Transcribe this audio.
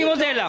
אני מודה לך.